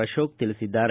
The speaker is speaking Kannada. ಅಶೋಕ ತಿಳಿಸಿದ್ದಾರೆ